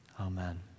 amen